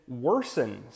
worsens